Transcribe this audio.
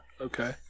Okay